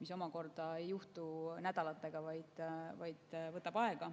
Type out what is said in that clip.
mis ei juhtu nädalatega, vaid võtab aega.